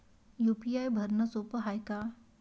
UPI भरनं सोप हाय का?